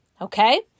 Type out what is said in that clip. Okay